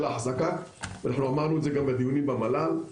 האחזקה אמרנו את זה גם בדיונים במל"ל.